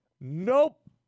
nope